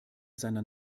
seiner